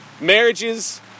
marriages